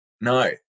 No